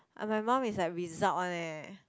my mum is like result [one] eh